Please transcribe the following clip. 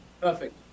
perfect